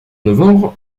novembre